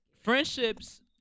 friendships